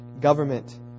government